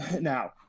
Now